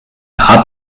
art